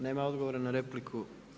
Nema odgovora na repliku?